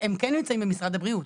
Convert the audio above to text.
הם כן נמצאים במשרד הבריאות.